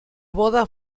boda